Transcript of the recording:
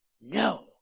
No